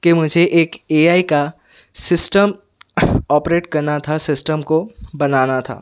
کہ مجھے ایک اے آئی کا سسٹم آپریٹ کرنا تھا سسٹم کو بنانا تھا